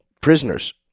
prisoners